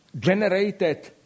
generated